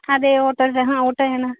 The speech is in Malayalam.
അതെ ഓട്ടോ ഓട്ടോയാണ്